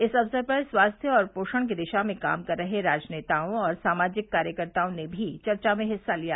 इस अवसर पर स्वास्थ्य और पोषण की दिशा में काम कर रहे राजनेताओं और सामाजिक कार्यकर्ताओं ने भी चर्चा में हिस्सा लिया